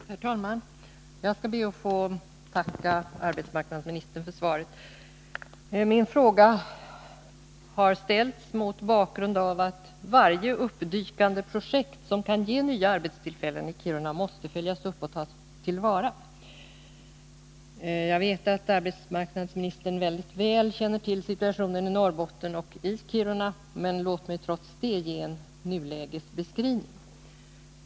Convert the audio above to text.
Herr talman! Jag skall be att få tacka arbetsmarknadsministern för svaret. Min fråga har ställts mot bakgrund av att varje uppdykande projekt som kan ge nya arbetstillfällen i Kiruna måste följas upp och tas till vara. Jag vet att arbetsmarknadsministern känner väl till situationen i Norrbotten och i Kiruna, men låt mig trots det ge en nulägesbeskrivning.